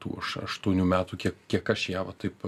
tų aš aštuonių metų kiek kiek aš ją va taip